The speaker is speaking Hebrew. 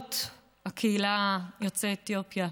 זכויות קהילת יוצאי אתיופיה.